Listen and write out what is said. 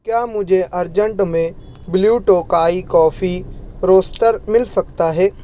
کیا مجھے ارجنٹ میں بلیو ٹوکائی کافی روسٹر مل سکتا ہے